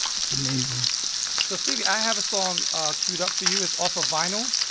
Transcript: it's amazing so stevie, i have a song ah cued up for you. it's off a vinyl.